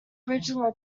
original